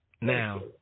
Now